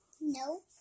No